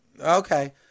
Okay